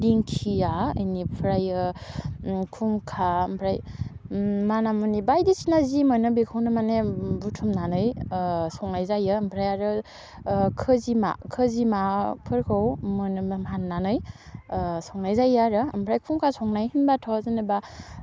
दिंखिया एनिफ्रायो खुंखा ओमफ्राय माना मुनि बायदिसिना जि मोनो बेखौनो माने बुथुमनानै संनाय जायो ओमफ्राय आरो खोजिमा खोजिमा फोरखौ मोनोमोन हान्नानै संनाय जायो आरो ओमफ्राय खुंखा संनाय होनबाथ' जेनेबा